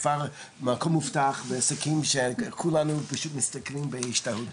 כבר במקום מובטח ועסקים שכולנו פשוט מסתכלים בהשתהות,